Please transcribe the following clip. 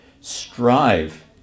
strive